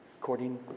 according